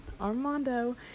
Armando